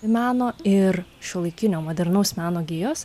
meno ir šiuolaikinio modernaus meno gijos